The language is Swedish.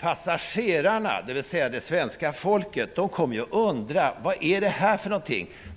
Passagerarna, dvs. det svenska folket, kommer att undra vad det är fråga om.